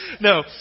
No